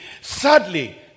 sadly